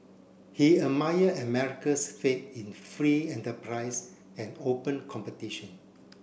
he admired America's faith in free enterprise and open competition